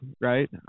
right